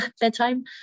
bedtime